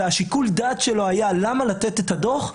אלא שיקול הדעת שלו למה לתת את הדוח,